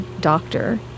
doctor